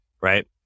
right